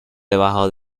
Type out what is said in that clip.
debajo